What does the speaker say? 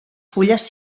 fulles